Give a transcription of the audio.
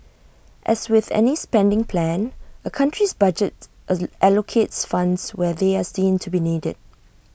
as with any spending plan A country's budget allocates funds where they are seen to be needed